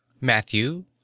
Matthew